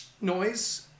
noise